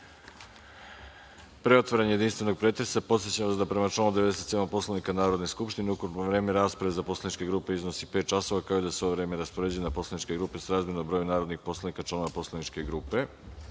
otvaranja jedinstvenog pretresa, podsećam vas da, prema članu 97. Poslovnika Narodne skupštine, ukupno vreme rasprave za poslaničke grupe iznosi pet časova, kao i da se ovo vreme raspoređuje na poslaničke grupe srazmerno broju narodnih poslanika članova poslaničke grupe. Molim